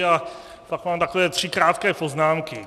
A pak mám takové tři krátké poznámky.